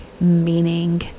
meaning